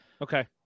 Okay